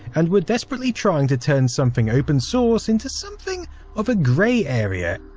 and were desperately trying to turn something open source into something of a grey area,